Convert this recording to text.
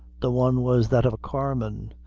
the one was that of a carman,